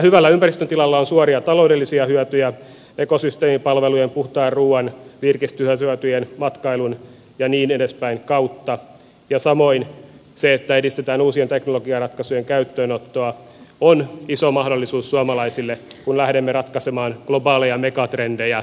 hyvällä ympäristön tilalla on suoria taloudellisia hyötyjä ekosysteemipalvelujen puhtaan ruuan virkistyshyötyjen matkailun ja niin edespäin kautta ja samoin se että edistetään uusien teknologiaratkaisujen käyttöönottoa on iso mahdollisuus suomalaisille kun lähdemme ratkaisemaan globaaleja megatrendejä